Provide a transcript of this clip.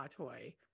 Atoy